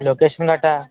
location గట్టా